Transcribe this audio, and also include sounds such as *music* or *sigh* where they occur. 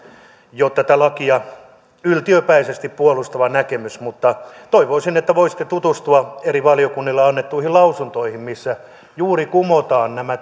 tuoman tätä lakia yltiöpäisesti puolustavan näkemyksen mutta toivoisin että voisitte tutustua eri valiokunnille annettuihin lausuntoihin missä juuri kumotaan nämä *unintelligible*